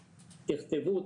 תכתבו,